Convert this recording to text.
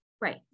Right